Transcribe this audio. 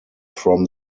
from